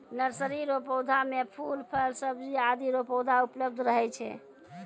nursery रो पौधा मे फूल, फल, सब्जी आदि रो पौधा उपलब्ध रहै छै